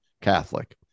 Catholic